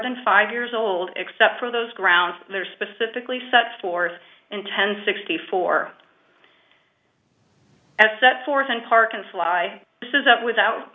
than five years old except for those grounds that are specifically set forth in ten sixty four as set forth and park and fly this is up without